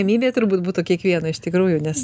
mybė turbūt būtų kiekvieno iš tikrųjų nes